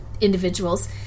individuals